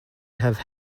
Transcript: have